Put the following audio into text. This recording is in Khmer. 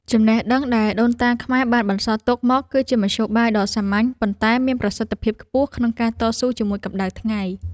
ចំណេះដឹងដែលដូនតាខ្មែរបានបន្សល់ទុកមកគឺជាមធ្យោបាយដ៏សាមញ្ញប៉ុន្តែមានប្រសិទ្ធភាពខ្ពស់ក្នុងការតស៊ូជាមួយកម្តៅថ្ងៃ។